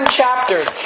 chapters